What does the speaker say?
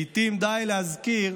לעיתים די להזכיר